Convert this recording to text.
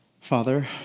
Father